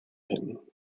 him